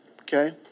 Okay